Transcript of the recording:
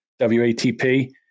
WATP